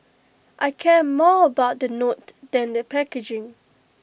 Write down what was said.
I care more about the note than the packaging